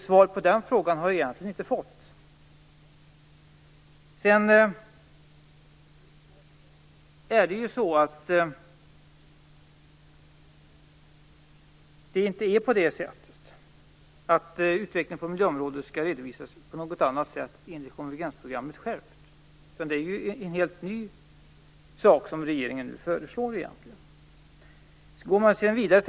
Svaret på den frågan har jag egentligen inte fått. Utvecklingen på miljöområdet skall inte redovisas på något annat sätt, enligt konvergensprogrammet. Det är egentligen något helt nytt som regeringen nu föreslår.